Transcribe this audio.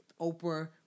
Oprah